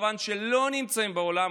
נמצאים.